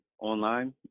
Online